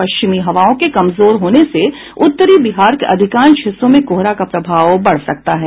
पश्चिमी हवाओं के कमजोर होने से उत्तरी बिहार के अधिकांश हिस्सों में कोहरा का प्रभाव बढ़ सकता है